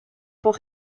pour